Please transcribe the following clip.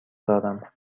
دارم